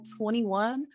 21